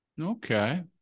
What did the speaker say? Okay